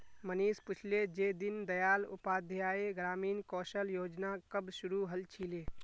मनीष पूछले जे दीन दयाल उपाध्याय ग्रामीण कौशल योजना कब शुरू हल छिले